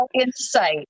insight